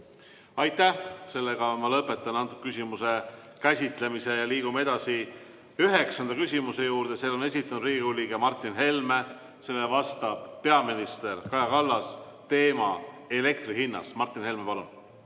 Aitäh! Ma lõpetan selle küsimuse käsitlemise. Ja liigume edasi üheksanda küsimuse juurde. Selle on esitanud Riigikogu liige Martin Helme, vastab peaminister Kaja Kallas, teema: elektri hind. Martin Helme, palun!